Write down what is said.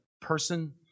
person